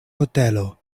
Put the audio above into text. hotelo